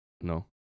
No